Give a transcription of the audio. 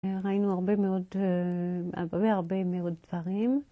ראינו הרבה מאוד, הרבה הרבה מאוד דברים.